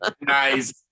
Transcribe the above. Nice